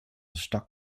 stock